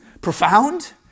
profound